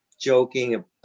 joking